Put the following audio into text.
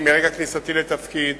מרגע כניסתי לתפקיד